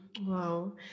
wow